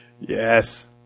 Yes